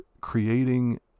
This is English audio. creating